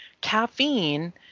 Caffeine